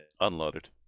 unloaded